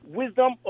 wisdom